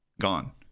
gone